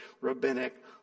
rabbinic